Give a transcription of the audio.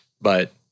but-